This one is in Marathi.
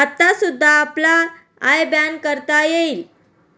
आता सुद्धा आपला आय बॅन वापरता येईल का?